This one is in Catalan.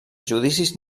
judicis